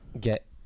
get